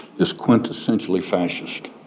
is quintessentially fascist.